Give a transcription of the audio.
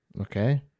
Okay